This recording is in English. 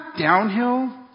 downhill